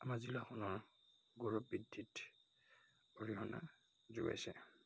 আমাৰ জিলাখনৰ গৌৰৱ বৃদ্ধিত অৰিহণা যোগাইছে